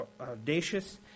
audacious